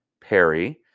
Perry